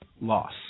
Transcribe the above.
loss